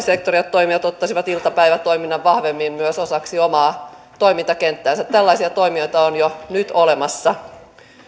sektorin toimijat ottaisivat iltapäivätoiminnan vahvemmin osaksi omaa toimintakenttäänsä tällaisia toimijoita on jo nyt olemassa